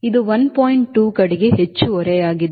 2 ಕಡೆಗೆ ಹೆಚ್ಚು ಓರೆಯಾಗಿದೆ